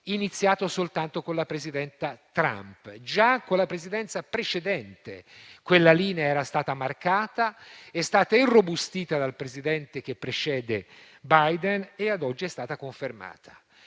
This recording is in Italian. iniziato soltanto con il presidente Trump, in quanto già con la Presidenza precedente quella linea era stata marcata e irrobustita dal Presidente che ha preceduto Biden e a oggi è stata confermata.